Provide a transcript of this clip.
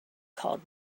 called